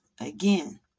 again